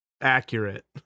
accurate